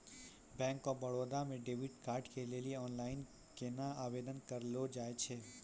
Bank of Baroda मे debit card के लेली आनलाइन केना आवेदन करलो जाय छै?